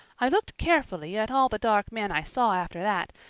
i looked carefully at all the dark men i saw after that,